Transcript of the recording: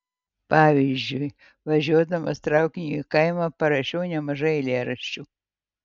pavyzdžiui važiuodamas traukiniu į kaimą parašiau nemažai eilėraščių